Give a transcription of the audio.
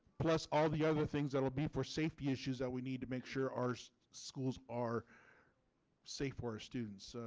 plus all the other things that will be for safety issues that we need to make sure our so schools are safe for students.